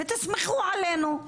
ותסמכו עלינו,